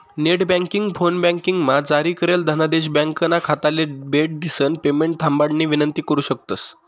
net banking, फोनबँकिंगमा जारी करेल धनादेश ब्यांकना खाताले भेट दिसन पेमेंट थांबाडानी विनंती करु शकतंस